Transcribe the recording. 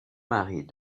marie